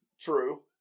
True